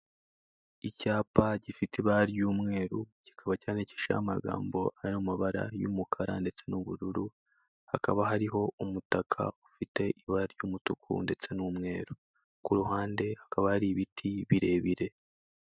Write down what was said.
Icyapa gifite ibara ry'umweru kikaba cyandikishijeho amagambo ari mu mabara y'umukara ndetse n'ubururu, hakaba hariho umutaka ufite ibara ry'umutuku, ndetse n'umweru, ku ruhande hakaba hari ibiti birebire.